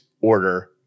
order